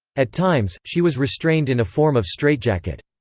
at times, she was restrained in a form of straitjacket.